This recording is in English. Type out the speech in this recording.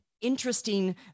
interesting